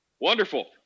Wonderful